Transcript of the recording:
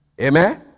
Amen